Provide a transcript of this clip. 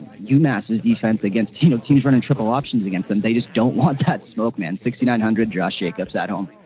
umass is defense against you know teams running triple options against them. they just don't want that smoke man. sixty nine hundred draft shakeups at home.